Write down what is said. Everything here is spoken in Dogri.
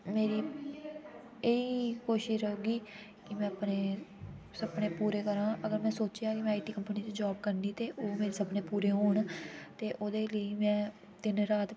मेरी एह् ही कोशश रौह्गी कि में अपने सपने पूरे करां अगर में सोचेआ के में आईटी कम्पनी च जाब करनी ते ओह् मेरे सपने पूरे होन ते ओह्दे लेई में दिन रात